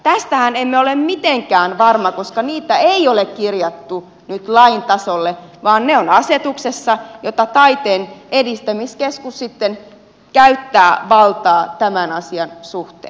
tästähän emme ole mitenkään varmoja koska niitä ei ole kirjattu nyt lain tasolle vaan ne ovat asetuksessa johon taiteen edistämiskeskus sitten käyttää valtaa tämän asian suhteen